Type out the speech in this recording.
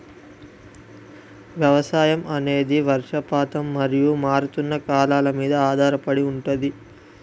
వ్యవసాయం అనేది వర్షపాతం మరియు మారుతున్న కాలాల మీద ఆధారపడి ఉంటది